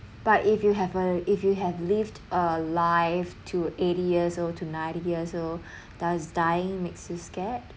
but if you have uh if you have lived a life to eighty years old to ninety years old does dying makes you scared